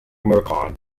morricone